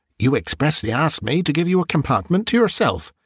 you expressly asked me to give you a compartment to yourself,